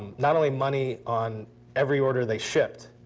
not only money on every order they shipped.